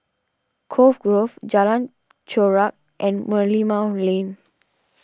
Cove Grove Jalan Chorak and Merlimau Lane